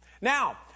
Now